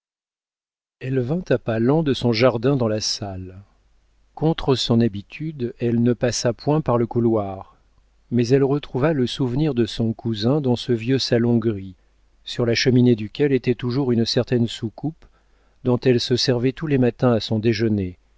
elle vint à pas lents de son jardin dans la salle contre son habitude elle ne passa point par le couloir mais elle retrouva le souvenir de son cousin dans ce vieux salon gris sur la cheminée duquel était toujours une certaine soucoupe dont elle se servait tous les matins à son déjeuner